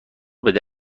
بده